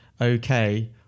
okay